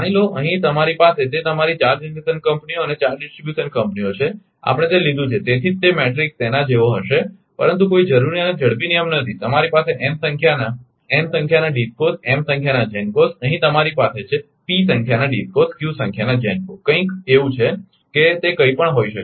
માની લો કે અહીં તમારી પાસે તે તમારી 4 જનરેશન કંપનીઓ અને 4 ડિસ્ટ્રીબ્યુશન કંપનીઓ છે આપણે તે લીધું છે તેથી જ તે મેટ્રિક્સ તેના જેવો હશે પરંતુ કોઈ જરુરી અને ઝડપી નિયમ નથી તમારી પાસે n સંખ્યાના n સંખ્યાના DISCOs m સંખ્યાના GENCOs અહીં તમારી પાસે છે p સંખ્યાના DISCOs q સંખ્યાના GENCOs કંઈક એવું કે તે કંઈપણ હોઈ શકે